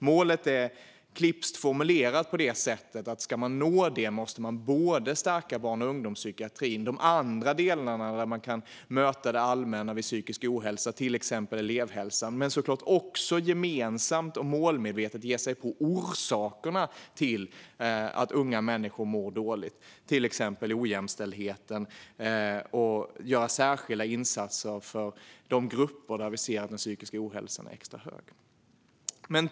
Målet är klipskt formulerat på det sättet att om vi ska nå det måste vi stärka barn och ungdomspsykiatrin och de andra delarna där man kan möta det allmänna vid psykisk ohälsa, till exempel elevhälsan, men såklart också gemensamt och målmedvetet ge oss på orsakerna till att unga människor mår dåligt, till exempel ojämställdheten, och göra särskilda insatser för de grupper där vi ser att den psykiska ohälsan är extra stor.